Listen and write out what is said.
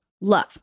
Love